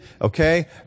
okay